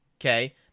Okay